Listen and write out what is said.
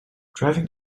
driving